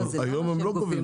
לא, היום הם לא גובים.